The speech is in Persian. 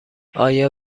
آیا